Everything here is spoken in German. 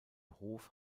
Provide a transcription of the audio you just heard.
hof